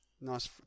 nice